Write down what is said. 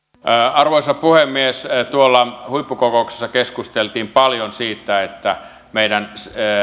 arvoisa puhemies tuolla huippukokouksessa keskusteltiin paljon siitä että meidän